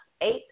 eight